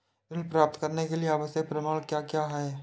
ऋण प्राप्त करने के लिए आवश्यक प्रमाण क्या क्या हैं?